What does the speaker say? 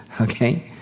okay